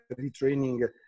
retraining